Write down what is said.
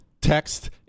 text